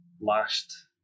last